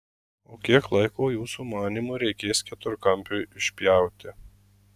o kiek laiko jūsų manymu reikės keturkampiui išpjauti